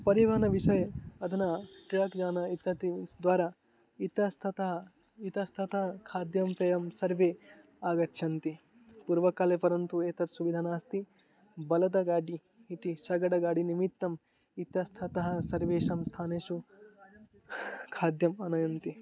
परिवाहनविषये अधुना ट्रक् यानम् इत्यादिद्वारा इतस्ततः इतस्ततः खाद्यं पेयं सर्वे आगच्छन्ति पूर्वकाले परन्तु एतत् सुविधा नास्ति बलदगाडि इति सगडगाडि निमित्तम् इतस्ततः सर्वेषां स्थानेषु खाद्यम् आनयन्ति